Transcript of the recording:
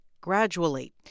gradually